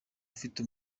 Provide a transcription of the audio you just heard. ufite